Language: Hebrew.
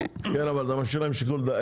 כן, אבל אתה משאיר להם שיקול דעת.